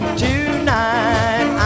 tonight